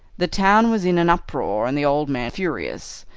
the town was in an uproar, and the old man furious.